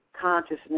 consciousness